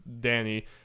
Danny